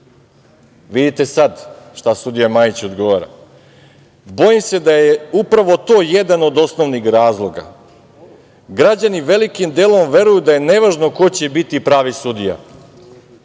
Vidite sad šta sudija Majić odgovara - bojim se da je upravo to jedan od osnovnih razloga. Građani velikim delom veruju da je nevažno ko će biti pravi sudija.